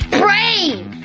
brave